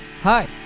Hi